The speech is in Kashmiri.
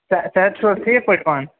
صحت صحت چھُوا ٹھیٖک پٲٹھۍ پانہٕ